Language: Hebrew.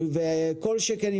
כל שכן,